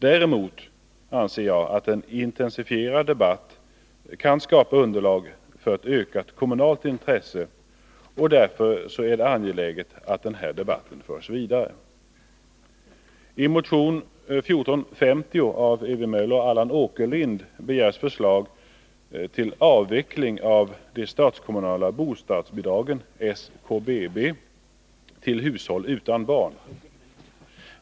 Däremot anser jag att en intensifierad debatt kan skapa underlag för ett ökat kommunalt intresse, och därför är det angeläget att denna debatt förs vidare. I motion 1450 av Ewy Möller och Allan Åkerlind begärs förslag till avveckling av de statskommunala bostadsbidragen till hushåll utan barn.